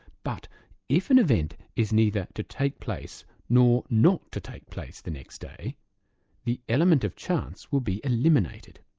but if an event is neither to take place, nor not to take place, the next day the element of chance will be eliminated.